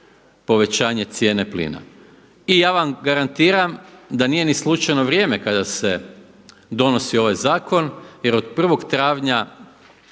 povećanje cijene plina. I ja vam garantiram da nije ni slučajno vrijeme kada se donosi ovaj zakon jer od 1. travnja